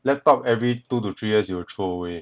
laptop every two to three years you will throw away